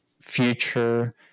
future